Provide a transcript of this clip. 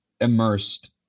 immersed